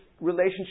relationship